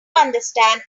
understand